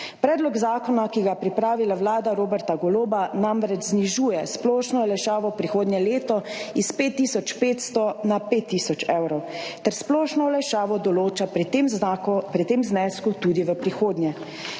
Predlog zakona, ki ga je pripravila Vlada Roberta Goloba, namreč znižuje splošno olajšavo prihodnje leto iz 5500 na 5000 evrov ter splošno olajšavo določa pri tem znesku tudi v prihodnje,